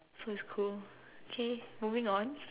so is cool K moving on